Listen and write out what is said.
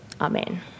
Amen